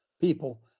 people